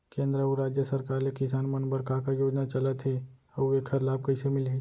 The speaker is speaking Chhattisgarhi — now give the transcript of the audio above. केंद्र अऊ राज्य सरकार ले किसान मन बर का का योजना चलत हे अऊ एखर लाभ कइसे मिलही?